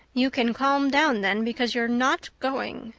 you can calm down then, because you're not going.